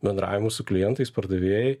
bendravimu su klientais pardavėjai